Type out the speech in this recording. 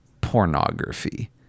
pornography